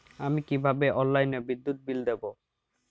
আমি কিভাবে অনলাইনে বিদ্যুৎ বিল দেবো?